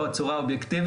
בעוד צורה אובייקטיבית,